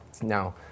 Now